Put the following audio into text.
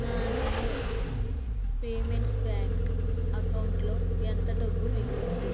నా Jio payments bank అకౌంట్లో ఎంత డబ్బు మిగిలింది